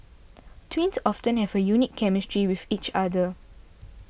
twins often have a unique chemistry with each other